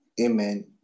Amen